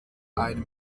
einem